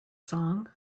song